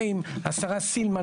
ועם השרה סילמן,